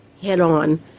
head-on